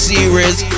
Series